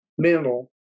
Mental